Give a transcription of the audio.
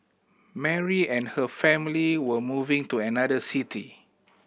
Mary and her family were moving to another city